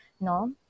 no